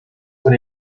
con